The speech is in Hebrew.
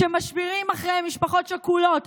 שמשאירים אחריהם משפחות שכולות,